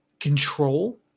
control